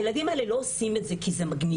הילדים האלה לא עושים את זה כי זה מגניב.